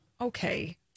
Okay